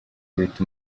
amateka